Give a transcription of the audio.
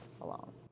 alone